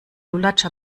lulatsch